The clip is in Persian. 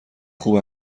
خوب